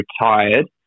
retired